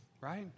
right